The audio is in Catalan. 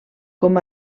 com